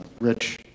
rich